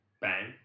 Bang